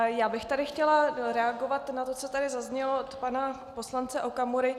Já bych tady chtěla reagovat na to, co tady zaznělo od pana poslance Okamury.